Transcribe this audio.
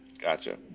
Gotcha